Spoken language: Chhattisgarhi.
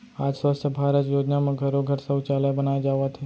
आज स्वच्छ भारत योजना म घरो घर सउचालय बनाए जावत हे